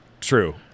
true